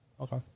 Okay